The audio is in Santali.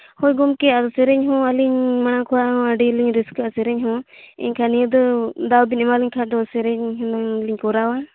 ᱦᱳᱭ ᱜᱚᱢᱠᱮ ᱟᱫᱚ ᱥᱮᱨᱮᱧ ᱦᱚᱸ ᱟᱹᱞᱤᱧ ᱢᱟᱲᱟᱝ ᱠᱷᱚᱱᱟᱜ ᱦᱚᱸ ᱟᱹᱰᱤᱞᱤᱧ ᱨᱟᱹᱥᱠᱟᱹᱜᱼᱟ ᱥᱮᱨᱮᱧ ᱦᱚᱸ ᱮᱱᱠᱷᱟᱱ ᱱᱤᱭᱟᱹ ᱫᱚ ᱫᱟᱶ ᱵᱮᱱ ᱮᱢᱟ ᱞᱤᱧ ᱠᱷᱟᱱ ᱫᱚ ᱥᱮᱨᱮᱧ ᱦᱩᱱᱟᱹᱝ ᱞᱤᱧ ᱠᱚᱨᱟᱣᱟ